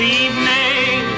evening